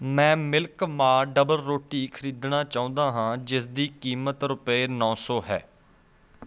ਮੈਂ ਮਿਲਕ ਮਾ ਡਬਲਰੋਟੀ ਖਰੀਦਣਾ ਚਾਹੁੰਦਾ ਹਾਂ ਜਿਸ ਦੀ ਕੀਮਤ ਰੁਪਏ ਨੌ ਸੌ ਹੈ